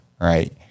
right